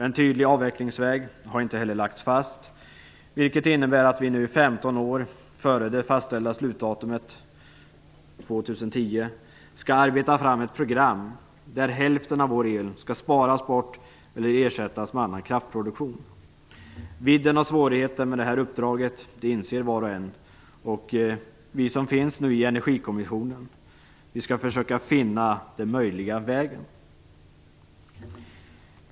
En tydlig avvecklingsväg har inte heller lagts fast, vilket innebär att vi nu 15 år före det fastställda slutdatumet, 2010, skall arbeta fram ett program, där hälften av vår el skall sparas bort eller ersättas med annan kraftproduktion. Vidden och svårigheten med det här uppdraget inser var och en. Vi som nu sitter i Energikommissionen skall försöka finna den möjliga vägen.